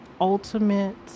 ultimate